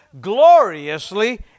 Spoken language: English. gloriously